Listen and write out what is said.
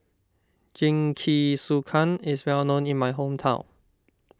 Jingisukan is well known in my hometown